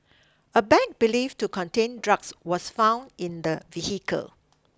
a bag believed to contain drugs was found in the vehicle